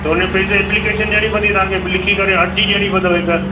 तो हुनमें पहिरीं त एप्लीकेशन ॾियणी पवंदी तव्हांखे लिखी करे अर्ज़ी ॾियणी पवंदव हिकु